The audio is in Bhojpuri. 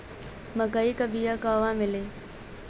मक्कई के बिया क़हवा मिली?